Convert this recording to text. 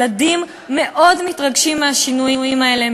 ילדים מאוד מתרגשים מהשינויים האלה,